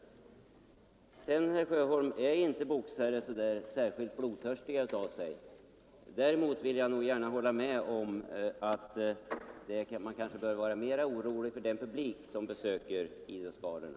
Boxare är inte särskilt blodtörstiga, herr Sjöholm. Däremot vill jag gärna hålla med om att man bör vara mer orolig för den publik som besöker boxningsgalorna.